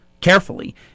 carefully